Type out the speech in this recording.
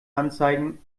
anzeigen